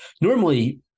Normally-